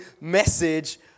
message